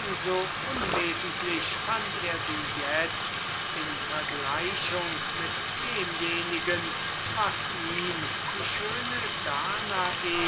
so unwesentlich fand er sie itzt in vergleichung mit demjenigen was ihn die schöne danae